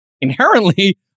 inherently